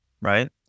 right